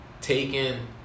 Taken